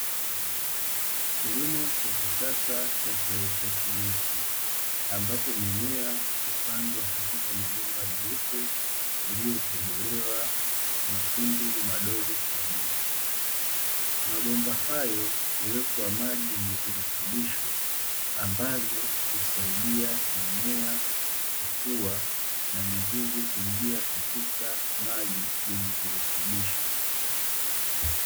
Kilimo cha kisasa cha kihaidroponiki, ambapo mimea hupandwa katika mabomba meupe yaliyotobolewa matundu madogo kwa juu. Mabomba hayo huwekwa maji yenye virutubisho, ambavyo husaidia mimea kukua na mizizi kuingia katika maji yenye virutubisho.